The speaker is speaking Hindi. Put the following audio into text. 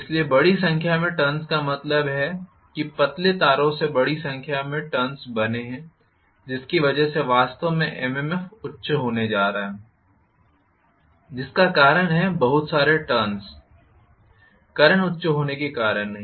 इसलिए बड़ी संख्या में टर्न्स का मतलब है कि पतले तारों से बड़ी संख्या में संख्या टर्न्स बने है जिसकी वजह से वास्तव में MMFउच्च होने जा रहा है जिसका कारण बहुत सारे टर्न्स हैं करंट उच्च होने के कारण नहीं